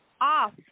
off